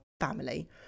family